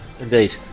indeed